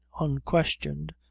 unquestioned